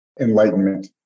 enlightenment